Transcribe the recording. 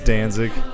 Danzig